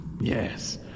yes